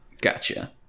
Gotcha